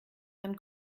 dann